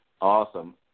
Awesome